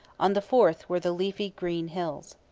on the fourth were the leafy green hills.